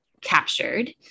captured